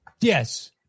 Yes